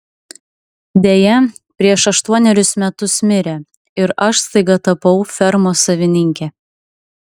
deja prieš aštuonerius metus mirė ir aš staiga tapau fermos savininke